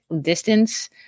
distance